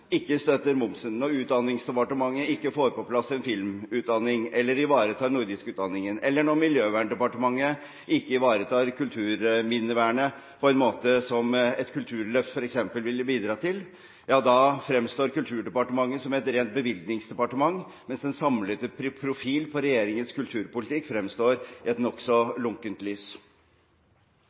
ikke støtter momsen, når Utdanningsdepartementet ikke får på plass en filmutdanning eller ivaretar utdanningen i nordisk, og når Miljøverndepartementet ikke ivaretar kulturminnevernet på en måte som et kulturløft f.eks. ville bidra til, ja da fremstår Kulturdepartementet som et rent bevilgningsdepartement, mens den samlede profil på regjeringens kulturpolitikk fremstår i et nokså lunkent lys.